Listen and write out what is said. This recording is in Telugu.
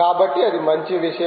కాబట్టి అది మంచి విషయం